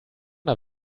der